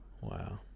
Wow